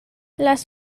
las